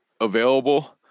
available